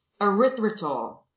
Erythritol